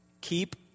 Keep